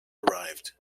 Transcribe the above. arrived